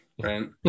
right